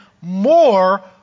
more